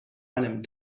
einem